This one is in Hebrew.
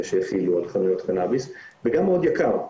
שהחילו על חנויות קנאביס וגם מאוד יקר.